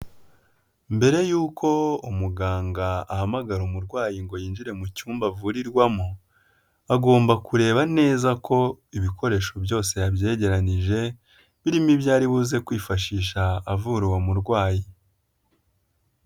Mbere y'uko umuganga ahamagara umurwayi ngo yinjire mu cyumba avurirwamo, agomba kureba neza ko ibikoresho byose yabyegeranranije, birimo ibyoribuze kwifashisha avura uwo murwayi.